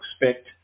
expect